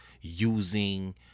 using